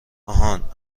آهان